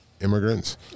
immigrants